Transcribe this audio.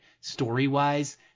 story-wise